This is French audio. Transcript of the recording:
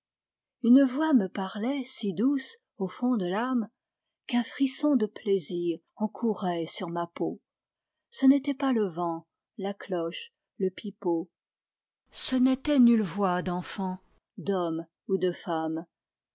une voix me parlait si douce au fond de l'ame qu'un frisson de plaisir en courait sur ma peau ce n'était pas le vent la cloche le pipeau ce n'était nulle voix d'enfant d'homme ou de femme